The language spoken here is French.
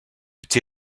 été